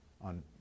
on